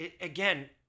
again